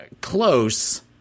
close